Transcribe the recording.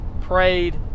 prayed